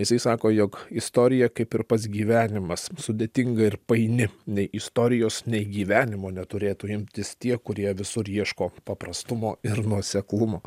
jisai sako jog istorija kaip ir pats gyvenimas sudėtinga ir paini nei istorijos nei gyvenimo neturėtų imtis tie kurie visur ieško paprastumo ir nuoseklumo